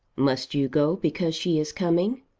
must you go because she is coming?